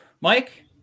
Mike